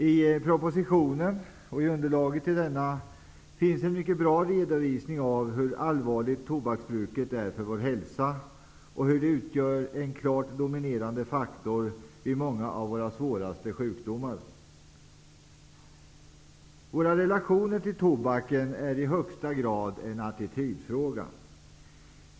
I propositionen och i underlaget till denna finns en mycket bra redovisning av hur allvarligt tobaksbruket är för vår hälsa och av hur det utgör en klart dominerande faktor vid många av våra svåraste sjukdomar. Våra relationer till tobaken är i högsta grad en attitydfråga.